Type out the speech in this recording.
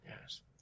Yes